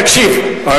תקשיב,